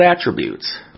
attributes